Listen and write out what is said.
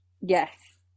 Yes